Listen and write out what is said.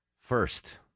first